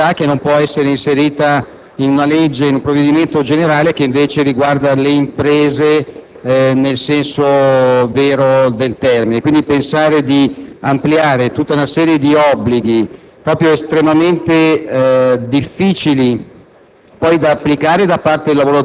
soprattutto di certe categorie ed in certe tipologie di lavoro, rivestono una loro specificità, che non può essere inserita in una legge o in un provvedimento generale che, invece, riguarda le imprese nel vero senso del termine. Pertanto, pensare di ampliare tutta una serie di obblighi